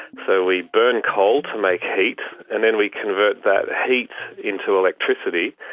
so we burn coal to make heat and then we convert that heat into electricity.